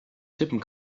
tippen